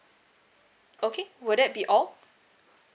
okay would that be all